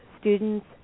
students